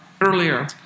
earlier